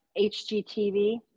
HGTV